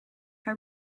how